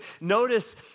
notice